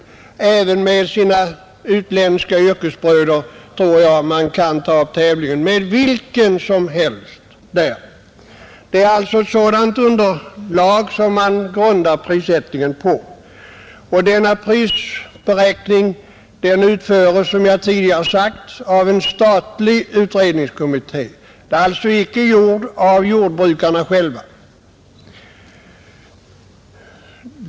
Även när det gäller de utländska yrkesbröderna tror jag man kan ta upp tävlingen med vilken som helst. Det är alltså sådant underlag som man grundar prissättningen på, och denna prisberäkning utföres, som jag tidigare sagt, av en statlig utredningskommitté; den är alltså icke gjord av jordbrukarna själva.